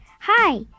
Hi